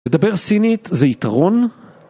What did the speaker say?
לדבר סינית זה יתרון.